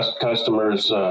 customers